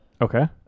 Okay